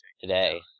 Today